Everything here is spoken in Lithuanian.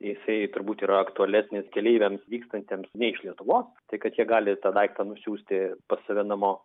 jisai turbūt yra aktualesnis keleiviams vykstantiems ne iš lietuvos tai kad jie gali tą daiktą nusiųsti pas save namo